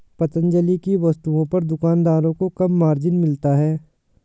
पतंजलि की वस्तुओं पर दुकानदारों को कम मार्जिन मिलता है